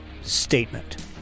statement